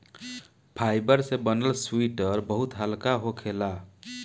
fibre से बनल sweater बहुत हल्का होखेला